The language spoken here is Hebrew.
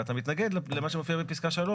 ואתה מתנגד למה שמופיע בפסקה 3,